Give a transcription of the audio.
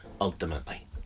ultimately